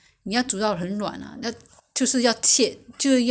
不然的话他不会吃好像那天 hor 我们煮的有点硬 hor